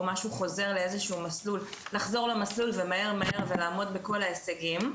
משהו חוזר לאיזה שהוא מסלול לחזור למסלול ומהר ולעמוד בכל ההישגים,